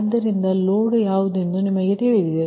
ಆದ್ದರಿಂದ ಲೋಡ್ ಯಾವುದೆಂದು ನಿಮಗೆ ತಿಳಿದಿದೆ